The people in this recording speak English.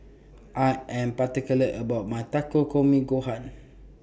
I Am particular about My Takikomi Gohan